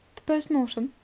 the post-mortem?